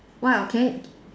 !wah! can